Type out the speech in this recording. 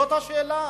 זאת השאלה.